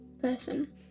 person